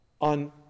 on